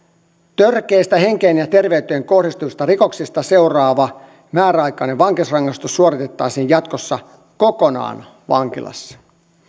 törkeistä henkeen ja terveyteen kohdistuvista rikoksista seuraava määräaikainen vankeusrangaistus suoritettaisiin jatkossa kokonaan vankilassa